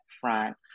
Front